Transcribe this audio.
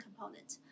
component